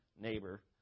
neighbor